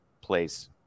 place